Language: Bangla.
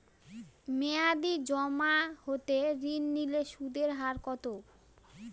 মেয়াদী জমা হতে ঋণ নিলে সুদের হার কত?